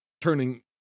turning